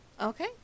okay